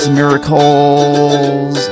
miracles